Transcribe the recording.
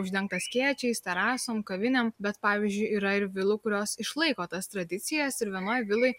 uždengta skėčiais terasom kavinėm bet pavyzdžiui yra ir vilų kurios išlaiko tas tradicijas ir vienoj viloj